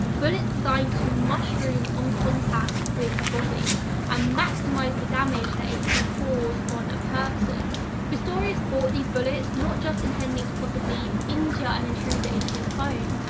bullets designed to mushroom on contact with a body and maximize the damage that it can cause on a person pistorius bought these bullets not just intending to possibly injure an intruder in his home.